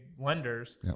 lenders